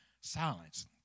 Silence